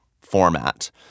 format